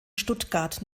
stuttgart